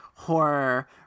horror